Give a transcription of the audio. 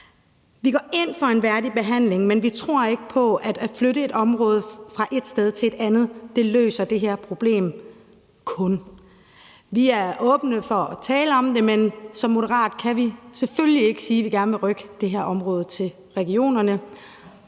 Vi går ind for en værdig behandling, men vi tror ikke på, at kun det at flytte et område fra ét sted til et andet løser det her problem. Vi er åbne for at tale om det, men som moderater kan vi selvfølgelig ikke sige, at vi gerne vil rykke det her område til regionerne.